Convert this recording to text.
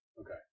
Okay